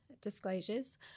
disclosures